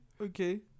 okay